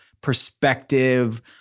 perspective